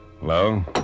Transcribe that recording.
Hello